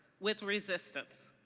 with resistance.